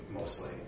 mostly